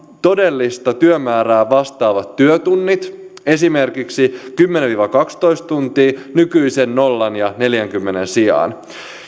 todellista työmäärää vastaavat työtunnit esimerkiksi kymmenen viiva kaksitoista tuntia nykyisen nolla viiva neljänkymmenen tunnin sijaan